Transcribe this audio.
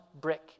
brick